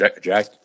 Jack